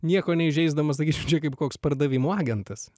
nieko neįžeisdamas sakyčiau čia kaip koks pardavimų agentas